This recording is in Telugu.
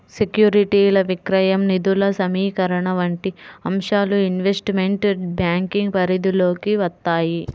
సెక్యూరిటీల విక్రయం, నిధుల సమీకరణ వంటి అంశాలు ఇన్వెస్ట్మెంట్ బ్యాంకింగ్ పరిధిలోకి వత్తాయి